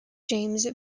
james